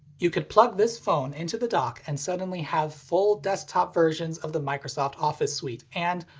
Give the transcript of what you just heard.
you could plug this phone into the dock and suddenly have full desktop-versions of the microsoft office suite and,